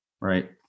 Right